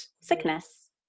sickness